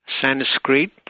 sanskrit